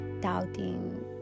doubting